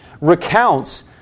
recounts